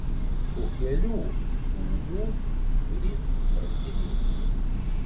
po kelių stūmių durys prasivėrė